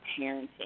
parenting